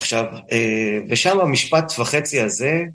עכשיו, ושם המשפט וחצי הזה